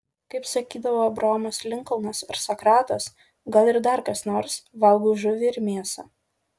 kaip sakydavo abraomas linkolnas ar sokratas o gal ir dar kas nors valgau žuvį ir mėsą